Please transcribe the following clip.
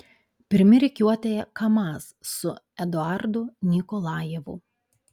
pirmi rikiuotėje kamaz su eduardu nikolajevu